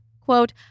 quote